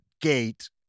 gate